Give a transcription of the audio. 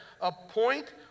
Appoint